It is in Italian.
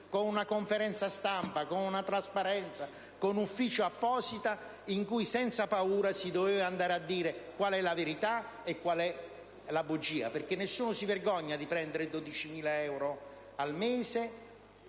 con una conferenza stampa, con una trasparenza, con un ufficio apposito, dicendo, senza paura, come si doveva, qual è la verità e qual è la bugia, perché nessuno si vergogna di prendere 12.000 euro al mese,